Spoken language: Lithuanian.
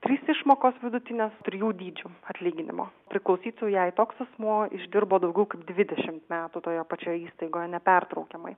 trys išmokos vidutinės trijų dydžių atlyginimo priklausytų jei toks asmuo išdirbo daugiau kaip dvidešimt metų toje pačioje įstaigoje nepertraukiamai